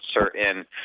certain